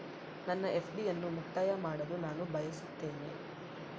ನನ್ನ ಎಫ್.ಡಿ ಅನ್ನು ಮುಕ್ತಾಯ ಮಾಡಲು ನಾನು ಬಯಸುತ್ತೇನೆ